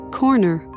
corner